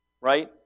Right